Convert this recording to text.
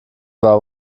war